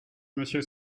monsieur